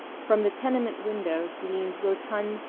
from the tenement windows leaned rotund,